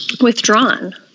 withdrawn